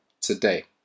today